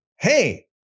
Hey